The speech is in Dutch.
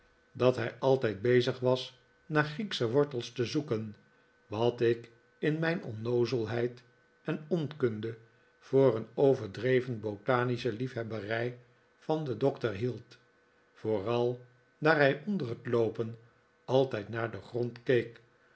dat hij altijd bezig was naar grieksche wortels te zoeken wat ik in mijn onnoozelheid en onkunde voor een overdreven botanische liefhebberij van den doctor hield vooral daar hij onder het loopen altijd naar den grond